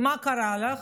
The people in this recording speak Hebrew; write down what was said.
מה קרה לך?